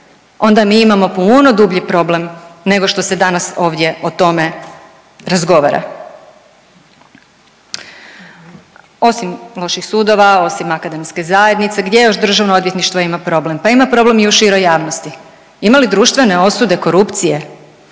onda mi imamo puno dublji problem nego što se danas ovdje o tome razgovara. Osim loših sudova, osim akademske zajednice, gdje još državno odvjetništvo ima problem? Pa ima problem i u široj javnosti, ima li društvene osude korupcije?